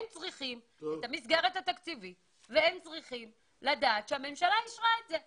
הם צריכים את המסגרת התקציבית ולדעת שהממשלה אישרה את זה.